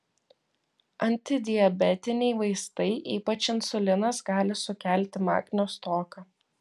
antidiabetiniai vaistai ypač insulinas gali sukelti magnio stoką